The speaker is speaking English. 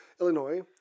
Illinois